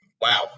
Wow